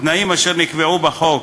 התנאים אשר נקבעו בחוק,